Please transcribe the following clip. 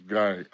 guy